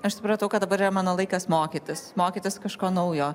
aš supratau kad dabar mano laikas mokytis mokytis kažko naujo